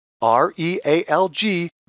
R-E-A-L-G